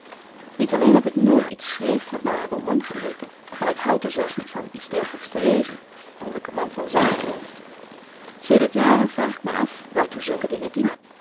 niet alleen dat ik nooit iets schreef wat naar een roman geleek maar ik houd er zelfs niet van iets dergelyks te lezen omdat ik een man van zaken ben sedert jaren vraag ik my af waartoe zulke dingen dienen